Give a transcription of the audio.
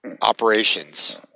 operations